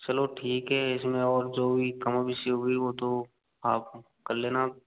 चलो ठीक है इसमें और जो भी कमोबेशी होगी तो आप कर लेना